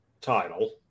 title